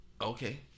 Okay